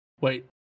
Wait